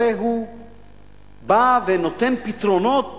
הרי הוא בא ונותן לכאורה פתרונות